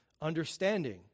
understanding